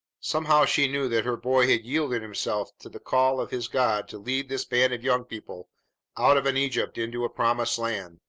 somehow she knew that her boy had yielded himself to the call of his god to lead this band of young people out of an egypt into a promised land,